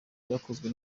byakozwe